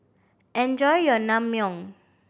enjoy your Naengmyeon